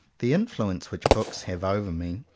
the influence which books have over me,